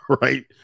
right